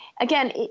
Again